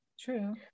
true